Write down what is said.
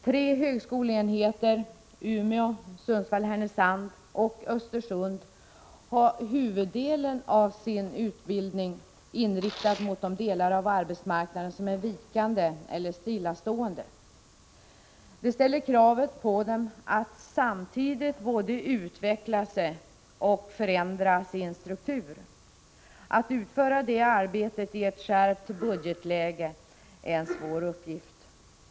Tre högskoleenheter — Umeå, Sundsvall/ Härnösand och Östersund — har huvuddelen av sin utbildning inriktad mot de delar av arbetsmarknaden som är vikande eller stillastående. Det ställer kravet på dem att samtidigt både utveckla sig och förändra sin struktur. Att utföra det arbetet i ett skärpt budgetläge är en svår uppgift.